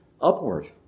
upward